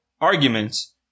arguments